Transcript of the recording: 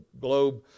globe